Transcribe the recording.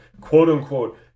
quote-unquote